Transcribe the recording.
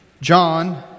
John